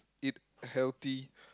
eat healthy